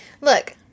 Look